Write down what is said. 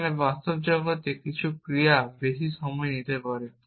যেখানে বাস্তব জগতে কিছু ক্রিয়া বেশি সময় নিতে পারে